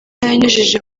yanyujije